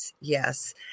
Yes